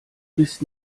bist